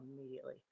immediately